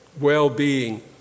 well-being